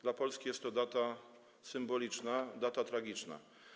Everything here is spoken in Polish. Dla Polski jest to data symboliczna, data tragiczna.